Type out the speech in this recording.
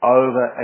over